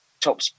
top